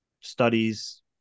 studies